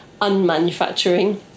unmanufacturing